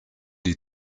die